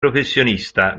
professionista